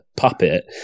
puppet